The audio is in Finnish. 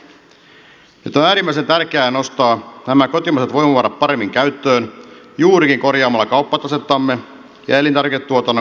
nyt on äärimmäisen tärkeää nostaa nämä kotimaiset voimavarat paremmin käyttöön juurikin korjaamalla kauppatasettamme ja elintarviketuotannon kannattavuutta